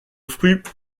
fruit